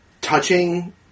touching